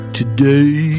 today